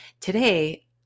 today